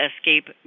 escape